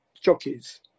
jockeys